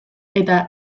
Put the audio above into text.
eta